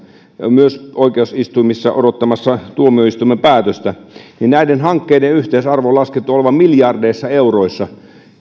myös oikeusistuimissa odottamassa tuomioistuimen päätöstä niin näiden hankkeiden yhteisarvon on laskettu olevan miljardeissa euroissa